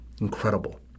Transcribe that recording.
Incredible